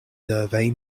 survey